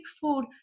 food